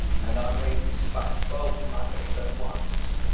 and i may despatch both matters at once.